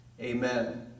Amen